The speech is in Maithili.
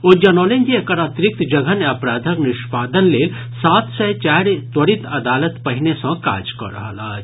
ओ जनौलनि जे एकर अतिरिक्त जघन्य अपराधक निष्पादन लेल सात सय चारि त्वरित अदालत पहिने सॅ काज कऽ रहल अछि